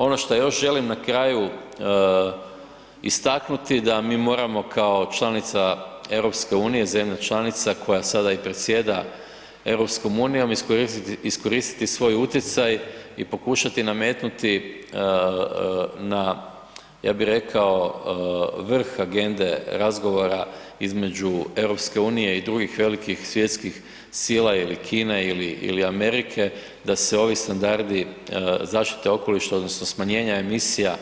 Ono šta još želim na kraju istaknuti da mi moramo kao članica EU, zemlja članica koja sada i predsjeda EU, iskoristiti svoj utjecaj i pokušati nametnuti na, ja bi rekao, vrh agende razgovora između EU i drugih velikih svjetskih sila ili Kine ili, ili Amerike da se ovi standardi zaštite okoliša odnosno smanjenja emisija